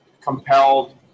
compelled